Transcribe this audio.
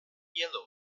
yellow